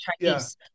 Chinese